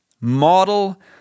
model